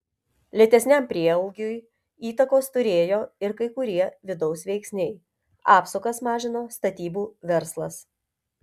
lėtesniam prieaugiui įtakos turėjo ir kai kurie vidaus veiksniai apsukas mažino statybų verslas